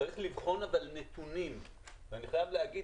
אבל צריך לבחון נתונים ואני חייב לומר,